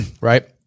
right